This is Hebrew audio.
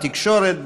בתקשורת,